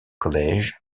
college